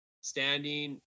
standing